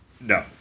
No